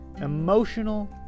emotional